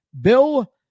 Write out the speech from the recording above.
Bill